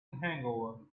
hangover